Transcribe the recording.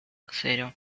cero